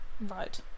Right